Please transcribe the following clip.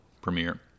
premiere